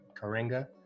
Karenga